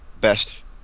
best